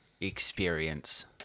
experience